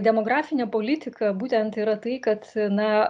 demografine politika būtent yra tai kad na